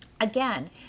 again